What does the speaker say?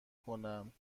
کنم